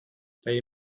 they